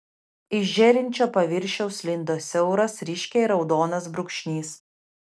iš žėrinčio paviršiaus lindo siauras ryškiai raudonas brūkšnys